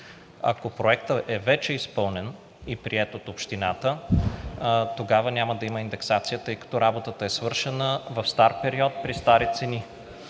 Ако проектът е вече изпълнен и приет от общината, тогава няма да има индексация, тъй като работата е свършена в стар период при стари цени,